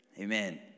Amen